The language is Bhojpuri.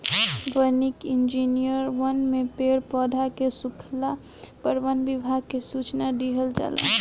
वानिकी इंजिनियर वन में पेड़ पौधा के सुखला पर वन विभाग के सूचना दिहल जाला